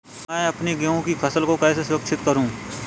मैं अपनी गेहूँ की फसल को कैसे सुरक्षित करूँ?